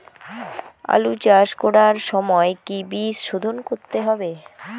আলু চাষ করার সময় কি বীজ শোধন করতে হবে?